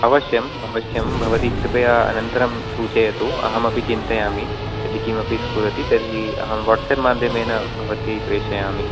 अवश्यं अवश्यं भवती कृपया अनन्तरं सूचयतु अहमपि चिन्तयामि यदि किमपि स्फुरति तर्हि अहं वोट्सेप् माध्यमेन भवती प्रेषयामि